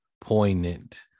poignant